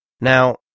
Now